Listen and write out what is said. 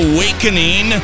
Awakening